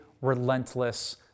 relentless